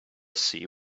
see